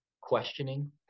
questioning